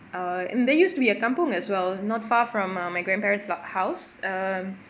uh and there used to be a kampung as well not far from uh my grandparents h~ house um